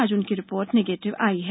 आज उनकी report negative आई है